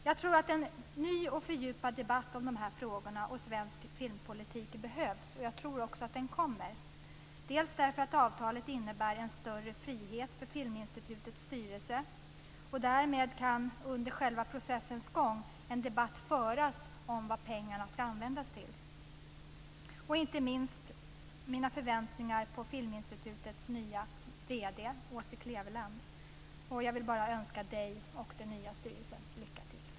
Jag tror att en ny och fördjupad debatt om dessa frågor och svensk filmpolitik behövs, och jag tror också att den kommer, bl.a. därför att avtalet innebär en större frihet för Filminstitutets styrelse. Därmed kan under själva processens gång en debatt föras om vad pengarna ska användas till. Det har också att göra med mina förväntningar på Filminstitutets nya vd Åse Kleveland. Jag vill bara önska henne och den nya styrelsen lycka till.